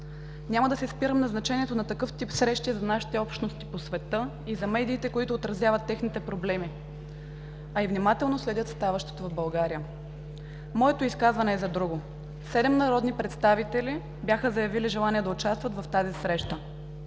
Няма да се спирам на значението на такъв тип срещи за нашите общности по света и за медиите, които отразяват техните проблеми, а и внимателно следят ставащото в България. Моето изказване е за друго – седем народни представители бяха заявили желание да участват в тази среща.